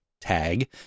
tag